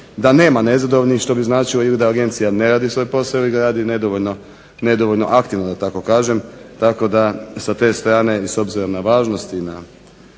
da nema nezadovoljnih što bi značilo ili da agencija ne radi svoj posao ili ga radi nedovoljno aktivno da tako kažem. Tako da sa te strane s obzirom na važnost i na